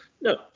No